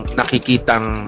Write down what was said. nakikitang